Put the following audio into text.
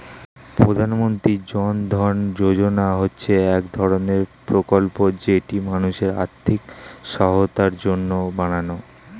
প্রধানমন্ত্রী জন ধন যোজনা হচ্ছে এক ধরণের প্রকল্প যেটি মানুষের আর্থিক সহায়তার জন্য বানানো